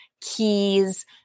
keys